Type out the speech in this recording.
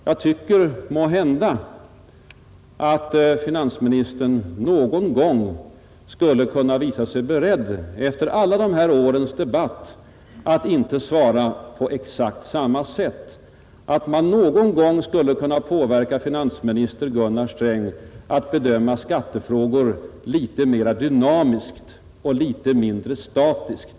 Jag tycker måhända att finansministern någon gång, efter alla dessa års debatter, inte skulle behöva svara på exakt samma sätt och att man någon gång skulle kunna påverka finansminister Gunnar Sträng att bedöma skattefrågorna mer dynamiskt och mindre statiskt.